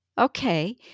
Okay